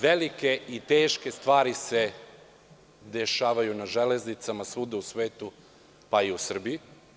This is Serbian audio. Velike i teške stvari se dešavaju na železnicama svuda u svetu pa i u Srbiji.